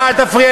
מה זה שייך?